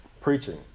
preaching